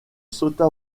sauta